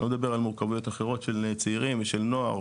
אני לא מדבר על מורכבויות אחרות של צעירים ושל נוער,